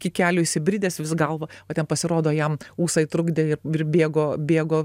iki kelių įsibridęs vis galvą o ten pasirodo jam ūsai trukdė ir bėgo bėgo